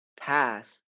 pass